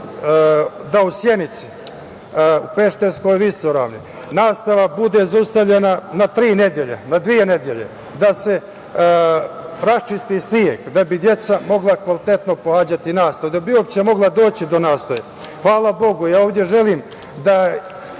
u Sjenici, u Pešterskoj visoravni, nastava bude zaustavljena na tri nedelje, na dve nedelje da se raščisti sneg, da bi deca mogla kvalitetno pohađati nastavu, da bi uopšte mogla doći do nastave. Hvala Bogu, ja ovde želim da